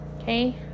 okay